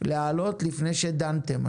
להעלות לפני שדנתם.